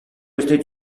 state